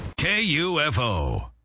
KUFO